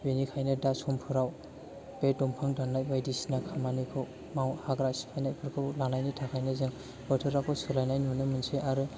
बेनिखायनो दा समफोराव बे दंफां दाननाय बायदिसिना खामानिखौ समाव हाग्रा सिफायनायफोरखौ लानायनि थाखायनो जों बोथोरखौ सोलायनाय नुनो मोनसै आरो